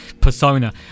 persona